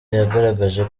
yagaragaje